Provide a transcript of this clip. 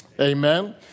Amen